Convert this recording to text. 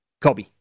Kobe